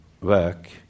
work